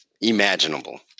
imaginable